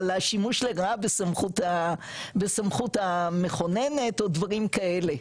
על השימוש לרעה בסמכות המכוננת או דברים כאלה.